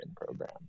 program